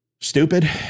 stupid